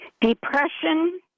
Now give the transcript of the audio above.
Depression